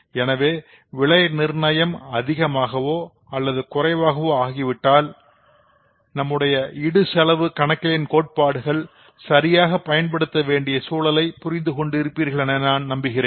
எனவே விலை நிர்ணயம் அதிகமாகவோ அல்லது குறைவாகவோ ஆகிவிடாமல் செய்வதற்கு நாம் நம்முடைய இடுசெலவு கணக்கிலன் கோட்பாடுகளை சரியாக பயன்படுத்த வேண்டிய சூழலை புரிந்து கொண்டிருப்பீர்கள் என நம்புகிறேன்